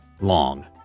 long